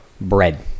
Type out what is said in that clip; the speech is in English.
bread